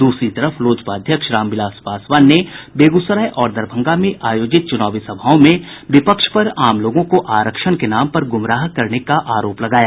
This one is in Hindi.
दूसरी तरफ लोजपा अध्यक्ष रामविलास पासवान ने बेगूसराय और दरभंगा में आयोजित चुनावी सभाओं में विपक्ष पर आम लोगों को आरक्षण के नाम पर गुमराह करने का आरोप लगाया